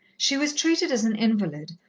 she was treated as an invalid,